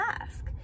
ask